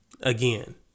again